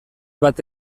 bat